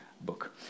book